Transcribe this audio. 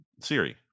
Siri